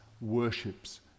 worships